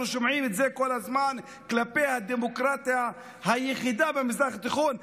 אנחנו שומעים את זה כל הזמן כלפי הדמוקרטיה היחידה במזרח התיכון,